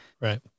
right